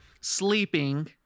sleeping